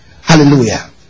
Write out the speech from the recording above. hallelujah